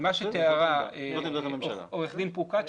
מה שתיארה עורכת דין פרוקציה,